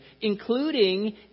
including